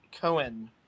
Cohen